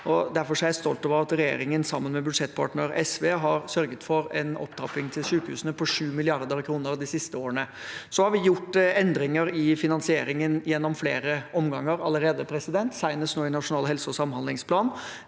derfor er jeg stolt over at regjeringen, sammen med budsjettpartner SV, har sørget for en opptrapping til sykehusene på 7 mrd. kr de siste årene. Så har vi gjort endringer i finansieringen i flere omganger allerede, senest nå i Nasjonal helse- og samhandlingsplan.